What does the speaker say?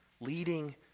leading